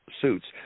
suits